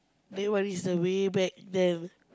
then what is the way back then